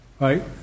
right